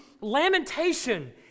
lamentation